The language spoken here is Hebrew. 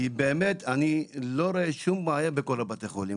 אני באמת לא רואה שום בעיה בכל בתי החולים.